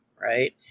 right